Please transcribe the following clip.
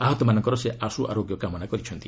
ଆହତମାନଙ୍କର ସେ ଆଶୁ ଆରୋଗ୍ୟ କାମନା କରିଛନ୍ତି